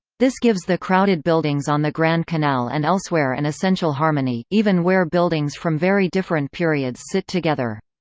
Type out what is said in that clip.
this gives the crowded buildings on the grand canal and elsewhere an essential harmony, even where buildings from very different periods sit together.